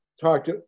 talked